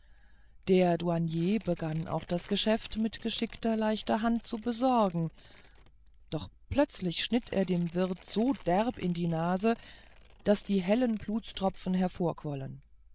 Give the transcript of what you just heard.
der douanier begann auch das geschäft mit geschickter leichter hand zu besorgen doch plötzlich schnitt er dem wirt so derb in die nase daß die hellen blutstropfen